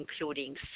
including